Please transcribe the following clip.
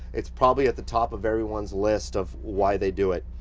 it's probably at the top of everyone's list of why they do it,